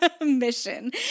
mission